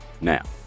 now